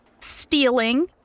stealing